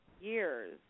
years